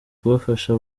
kubafasha